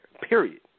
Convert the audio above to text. period